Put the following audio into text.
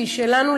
והיא שלנו,